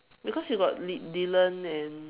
because you got Dylan and